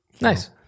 Nice